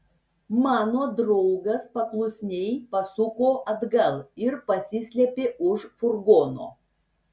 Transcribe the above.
mano draugas paklusniai pasuko atgal ir pasislėpė už furgono